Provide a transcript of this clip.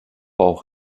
auch